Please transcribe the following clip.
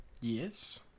Yes